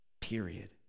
Period